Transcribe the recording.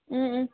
ꯎꯝ ꯎꯝ